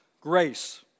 grace